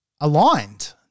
aligned